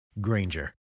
Granger